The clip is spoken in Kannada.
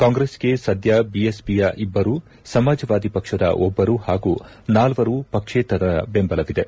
ಕಾಂಗ್ರೆಸ್ಗೆ ಸದ್ದ ಬಿಎಸ್ಪಿಯ ಇಬ್ಲರು ಸಮಾಜವಾದಿ ಪಕ್ಷದ ಒಬ್ಲರು ಹಾಗೂ ನಾಲ್ವರು ಪಕ್ಷೇತರರ ಬೆಂಬಲವಿದೆ